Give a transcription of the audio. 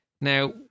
Now